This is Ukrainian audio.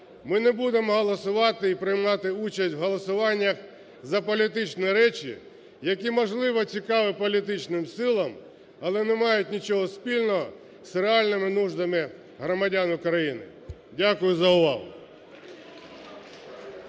ми не будемо голосувати і приймати участь в голосуваннях за політичні речі, які, можливо, цікаві політичним силам, але не мають нічого спільного з реальними нуждами громадян України. Дякую за увагу.